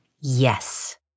yes